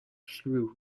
through